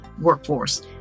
workforce